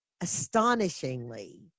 Astonishingly